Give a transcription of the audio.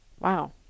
Wow